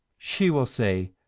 she will say,